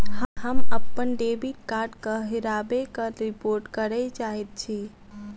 हम अप्पन डेबिट कार्डक हेराबयक रिपोर्ट करय चाहइत छि